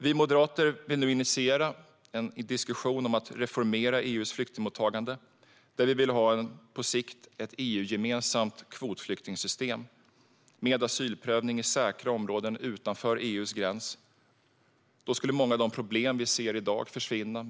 Vi moderater vill nu initiera en diskussion om att reformera EU:s flyktingmottagande, där vi på sikt vill ha ett EU-gemensamt kvotflyktingsystem med asylprövning i säkra områden utanför EU:s gräns. Då skulle många av de problem vi ser i dag försvinna.